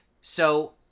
So-